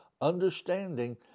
understanding